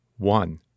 One